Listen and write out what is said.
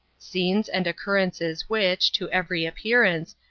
scenes and occurrences which, to every appearance,